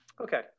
Okay